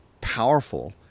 powerful